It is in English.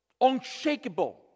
unshakable